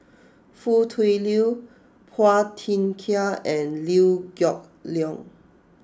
Foo Tui Liew Phua Thin Kiay and Liew Geok Leong